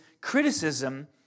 criticism